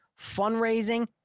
fundraising